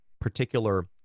particular